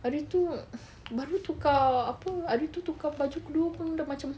hari tu baru tukar apa hari tu tukar baju kedua pun dah macam